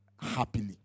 happily